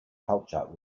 culture